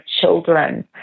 children